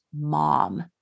mom